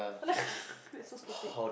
that's so stupid